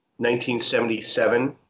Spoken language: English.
1977